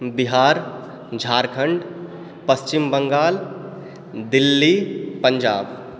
Bihar Jharkhand Paschim Bangal Delhi Punjab